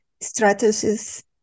strategies